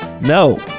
No